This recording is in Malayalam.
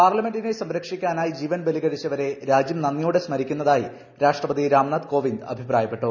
പാർലമെന്റിനെ സംരക്ഷിക്കാനായി ജീവൻ ബലി കഴിച്ചവരെ രാജ്യം ന്ദിയോടെ സ്മരിക്കുന്ന തായി രാഷ്ട്രപതി രാംനാഥ് കോവിന്ദ് അഭിപ്രായപ്പെട്ടു